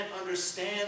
understand